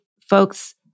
folks